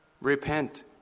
Repent